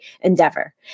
endeavor